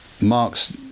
Marx